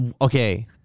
Okay